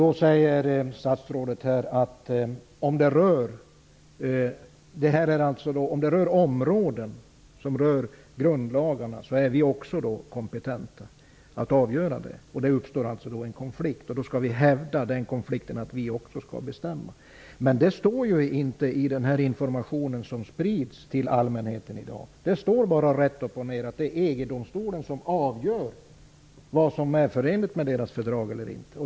Statsrådet säger att om det gäller områden som faller in under grundlagarna är vi också kompetenta att avgöra det. Det uppstår då en konflikt. I den konflikten skall vi hävda att vi också skall bestämma. Men det här står inte i den information som i dag sprids till allmänheten. Det står bara rätt upp och ner att det är EG-domstolen som avgör vad som är förenligt med EG:s fördrag eller inte.